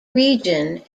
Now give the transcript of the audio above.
region